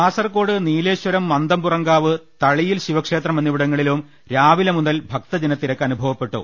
കാസർകോട് നീലേശ്വരം മന്ദംപുറം കാവ് തളിയിൽ ശിവക്ഷേത്രം എന്നിവിടങ്ങളിലും രാവിലെ മുതൽ ഭക്തജനത്തിരക്ക് അനുഭവപ്പെ ട്ടു